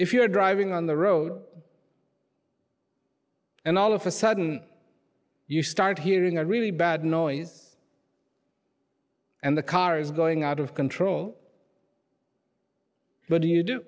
if you're driving on the road and all of a sudden you start hearing a really bad noise and the car is going out of control what do you do